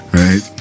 right